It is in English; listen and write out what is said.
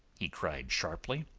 he cried sharply.